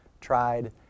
tried